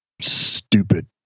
stupid